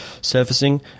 surfacing